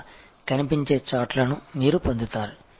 ఇలా కనిపించే చార్ట్లను మీరు పొందుతారు